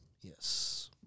Yes